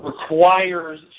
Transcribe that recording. requires